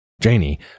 Janie